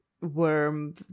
worm